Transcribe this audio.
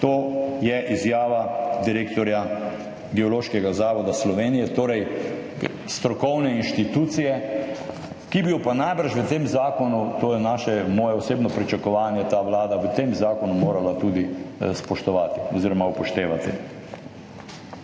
To je izjava direktorja Geološkega zavoda Slovenije, torej strokovne institucije, ki bi jo pa najbrž v tem zakonu, to je moje osebno pričakovanje, Vlada morala tudi spoštovati oziroma upoštevati.